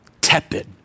tepid